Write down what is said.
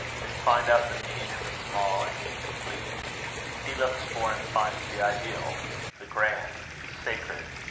may find out the mean and the small and the incomplete he looks for and finds the ideal the grand, sacred,